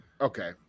Okay